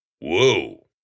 Whoa